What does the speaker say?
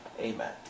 Amen